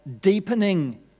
deepening